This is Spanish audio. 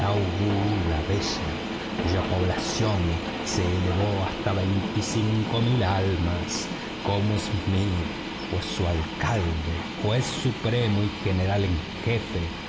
la bella cuya población se elevó hasta veinticinco mil almas cómo smith fue su alcalde juez supremo y general en jefe